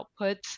outputs